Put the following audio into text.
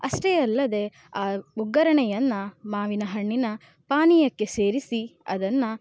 ಅಷ್ಟೇ ಅಲ್ಲದೆ ಆ ಒಗ್ಗರಣೆಯನ್ನು ಮಾವಿನ ಹಣ್ಣಿನ ಪಾನೀಯಕ್ಕೆ ಸೇರಿಸಿ ಅದನ್ನು